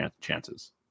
chances